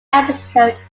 episode